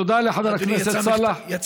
תודה לחבר הכנסת סאלח סעד.